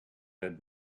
had